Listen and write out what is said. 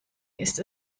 ist